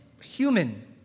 human